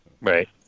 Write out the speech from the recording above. Right